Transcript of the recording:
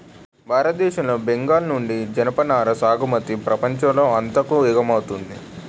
భారతదేశం లో బెంగాల్ నుండి జనపనార సాగుమతి ప్రపంచం అంతాకు ఎగువమౌతుంది